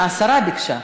השרה ביקשה.